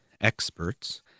experts